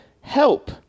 Help